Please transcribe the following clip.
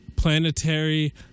Planetary